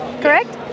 correct